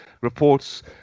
reports